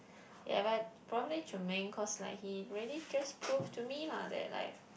ya but probably Choon-Meng cause like he really just prove to me lah that like